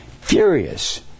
furious